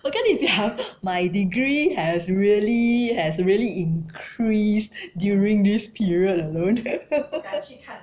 我跟你讲 my degree has really has really increased during this period alone